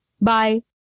Bye